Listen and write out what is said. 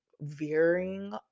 veering